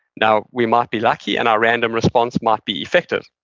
now, we might be lucky and our random response might be effective,